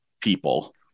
people